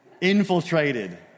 infiltrated